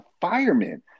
firemen